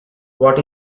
what